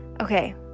Okay